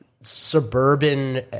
suburban